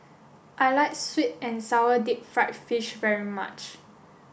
I like sweet and sour deep fried fish very much